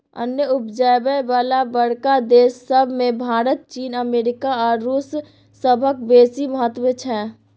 अन्न उपजाबय बला बड़का देस सब मे भारत, चीन, अमेरिका आ रूस सभक बेसी महत्व छै